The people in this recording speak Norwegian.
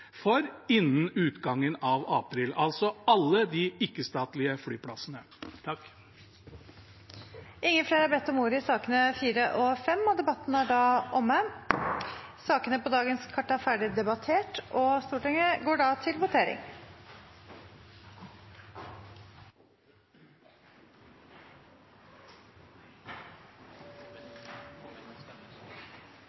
for innen utgangen av april, altså alle de ikke-statlige flyplassene. Flere har ikke bedt om ordet i sakene nr. 4 og 5. Da er Stortinget klar til å gå til votering over sakene på dagens kart.